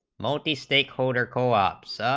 multi stakeholder collapse